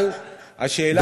אבל השאלה,